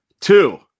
Two